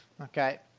Okay